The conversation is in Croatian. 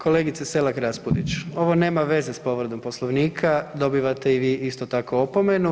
Kolegice Selak Raspudić ovo nema veze s povredom Poslovnika, dobivate i vi isto tako opomenu.